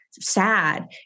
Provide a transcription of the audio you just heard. sad